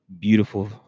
beautiful